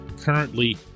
currently